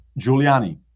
Giuliani